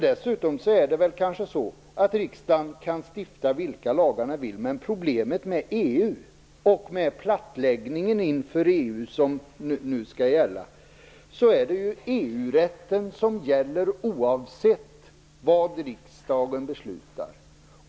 Det är kanske så att riksdagen kan stifta vilka lagar den vill, men problemet med EU och med den plattläggning inför EU som nu skall gälla är att det är EU-rätten som gäller oavsett vad riksdagen beslutar.